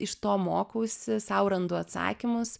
iš to mokausi sau randu atsakymus